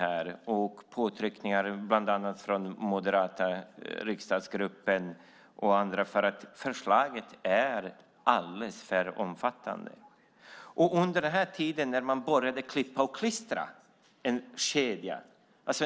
Bland annat förekom påtryckningar från den moderata riksdagsgruppen, och även från andra, om att förslaget var alldeles för omfattande. Under tiden började man klippa och klistra i kedjan.